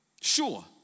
Sure